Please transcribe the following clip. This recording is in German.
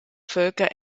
völker